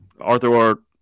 Arthur